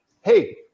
hey